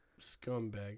scumbag